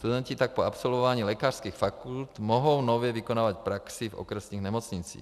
Studenti tak po absolvování lékařských fakult mohou nově vykonávat praxi v okresních nemocnicích.